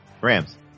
Rams